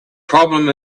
problem